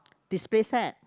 display set